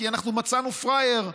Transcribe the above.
כי מצאנו פראייר.